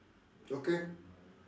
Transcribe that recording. okay